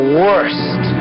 worst